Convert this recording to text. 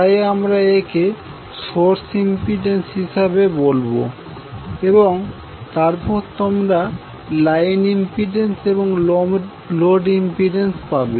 তাই আমরা একে সোর্স ইম্পিডেন্স হিসেবে বলবো এবং তারপর তোমরা লাইন ইম্পিডেন্স এবং লোড ইম্পিডেন্স পাবে